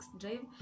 drive